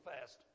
fast